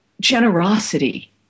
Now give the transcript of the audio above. generosity